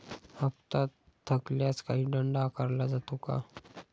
हप्ता थकल्यास काही दंड आकारला जातो का?